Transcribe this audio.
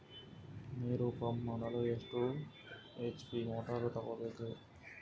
ನೀರು ಪಂಪ್ ಮಾಡಲು ಎಷ್ಟು ಎಚ್.ಪಿ ಮೋಟಾರ್ ತಗೊಬೇಕ್ರಿ?